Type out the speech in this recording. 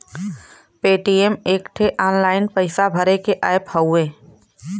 Paytm एक ठे online पइसा भरे के ऐप हउवे